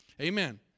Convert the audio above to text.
Amen